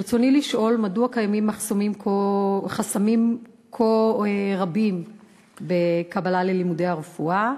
ברצוני לשאול: 1. מדוע קיימים חסמים כה רבים בקבלה ללימודי הרפואה?